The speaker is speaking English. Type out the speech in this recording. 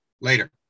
Later